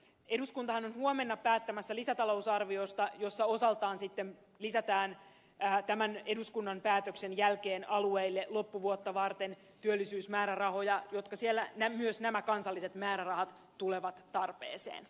eduskuntahan on huomenna päättämässä lisätalousarviosta jossa osaltaan sitten lisätään tämän eduskunnan päätöksen jälkeen alueille loppuvuotta varten työllisyysmäärärahoja jotka siellä myös nämä kansalliset määrärahat tulevat tarpeeseen